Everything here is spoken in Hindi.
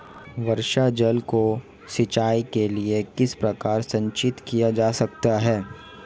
वर्षा जल को सिंचाई के लिए किस प्रकार संचित किया जा सकता है?